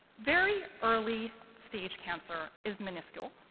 very early stage cancer is minuscule,